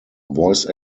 voice